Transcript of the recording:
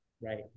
right